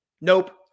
nope